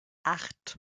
acht